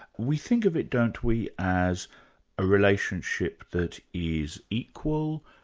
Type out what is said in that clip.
we think of it, don't we, as a relationship that is equal,